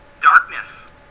Darkness